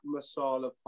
Masala